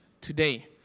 today